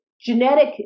genetic